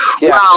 Wow